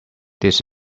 this